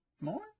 More